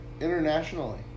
internationally